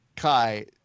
Kai